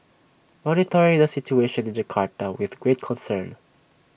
monitoring the situation in Jakarta with great concern